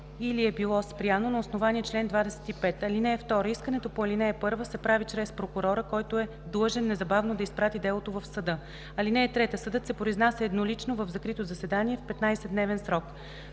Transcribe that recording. или е било спряно на основание чл. 25. (2) Искането по ал. 1 се прави чрез прокурора, който е длъжен незабавно да изпрати делото в съда. (3) Съдът се произнася еднолично в закрито заседание в 15-дневен срок.